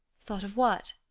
thought of what?